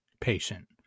patient